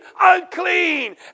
Unclean